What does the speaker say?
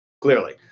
Clearly